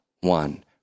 one